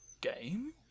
game